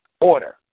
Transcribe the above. order